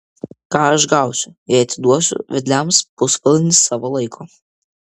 ką aš gausiu jei atiduosiu vedliams pusvalandį savo laiko